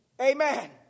amen